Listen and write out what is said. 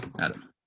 Adam